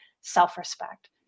self-respect